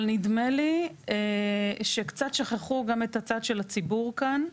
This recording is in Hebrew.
אבל נדמה לי שקצת שכחו את הצד של הציבור כאן.